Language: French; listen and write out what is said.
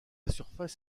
surface